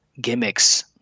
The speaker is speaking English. gimmicks